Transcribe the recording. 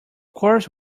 course